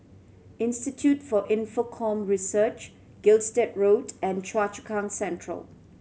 institute for Infocomm Research Gilstead Road and Choa Chu Kang Central